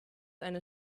eine